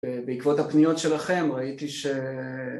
בעקבות הפניות שלכם ראיתי ש...